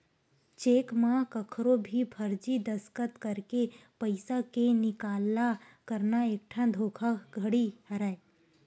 cheque म कखरो भी फरजी दस्कत करके पइसा के निकाला करना एकठन धोखाघड़ी हरय